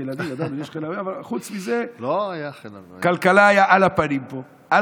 אבל הכלכלה פה הייתה על הפנים,